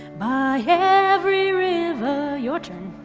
by every river. yeah ah